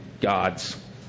God's